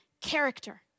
character